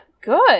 good